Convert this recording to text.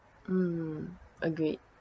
mm agreed